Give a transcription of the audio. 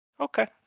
Okay